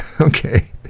okay